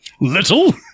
Little